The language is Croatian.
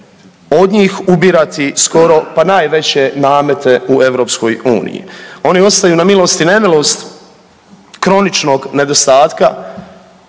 od njih ubirati skoro pa najveće namete u EU. Oni ostaju na milost i nemilost kroničnog nedostatka